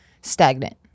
stagnant